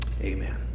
amen